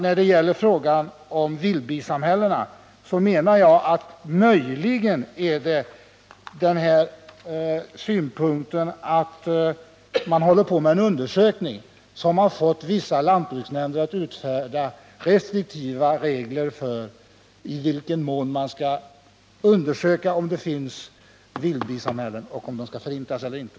I fråga om vildbisamhällena menar jag att det faktum att man håller på med en undersökning möjligen kan ha fått vissa lantbruksnämnder att utfärda restriktiva regler för i vilken mån man skall undersöka om det finns vildbisamhällen och om de skall förintas eller inte.